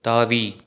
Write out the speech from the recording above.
தாவி